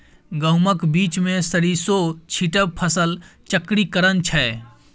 गहुमक बीचमे सरिसों छीटब फसल चक्रीकरण छै